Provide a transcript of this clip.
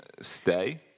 stay